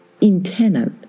internal